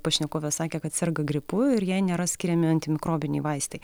pašnekovė sakė kad sergu gripu ir jai nėra skiriami antimikrobiniai vaistai